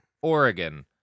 Oregon